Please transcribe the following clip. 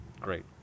great